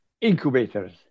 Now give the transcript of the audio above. incubators